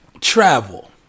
travel